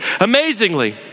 amazingly